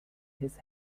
his